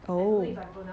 oh